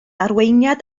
arweiniad